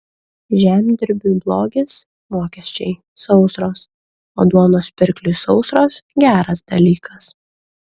žemdirbiui blogis mokesčiai sausros o duonos pirkliui sausros geras dalykas